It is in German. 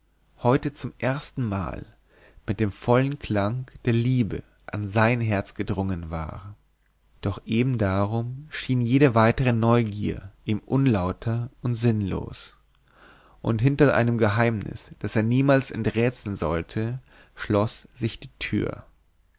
heute zum erstenmal mit dem vollen klang der liebe an sein herz gedrungen war doch eben darum schien jede weitere neugier ihm unlauter und sinnlos und hinter einem geheimnis das er nimmer enträtseln sollte schloß sich die tür